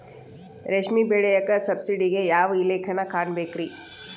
ರೇಷ್ಮಿ ಬೆಳಿಯಾಕ ಸಬ್ಸಿಡಿಗೆ ಯಾವ ಇಲಾಖೆನ ಕಾಣಬೇಕ್ರೇ?